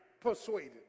persuaded